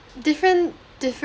different different